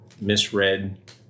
misread